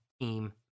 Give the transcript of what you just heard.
team